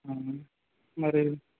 మరి